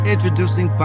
Introducing